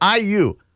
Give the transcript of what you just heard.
IU